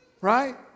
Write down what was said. Right